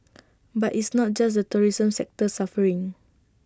but it's not just the tourism sector suffering